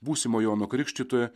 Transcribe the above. būsimo jono krikštytojo